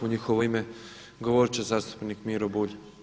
U njihovo ime govoriti će zastupnik Miro Bulj.